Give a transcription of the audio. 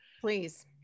please